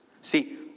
See